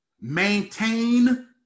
maintain